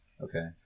Okay